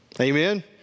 Amen